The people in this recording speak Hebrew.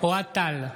אוהד טל,